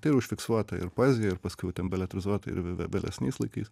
tai yra užfiksuota ir poezijoj ir paskiau ten beletrizuota ir vėlesniais laikais